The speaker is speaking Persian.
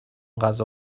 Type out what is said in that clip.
غذا